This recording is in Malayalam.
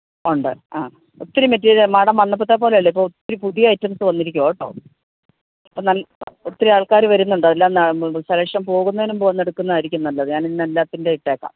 ഉണ്ട് ആ ഒത്തിരി മെറ്റീരിയൽ മാഡം വന്നപ്പത്തെ പോലെയല്ല ഇപ്പോൾ ഒത്തിരി പുതിയ ഐറ്റംസ് വന്നിരിക്കുവാണ് കേട്ടോ ഇപ്പോൾ നല്ല ഒത്തിരിയാൾക്കാർ വരുന്നുണ്ട് അതെല്ലാം പിന്നെ സെലക്ഷൻ പോകുന്നതിന് മുമ്പ് വന്ന് എടുക്കുന്നതായിരിക്കും നല്ലത് ഞാനിന്ന് എല്ലാത്തിൻ്റെയും ഇട്ടേക്കാം